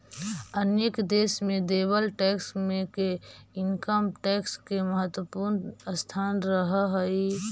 अनेक देश में देवल टैक्स मे के इनकम टैक्स के महत्वपूर्ण स्थान रहऽ हई